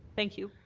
thank you.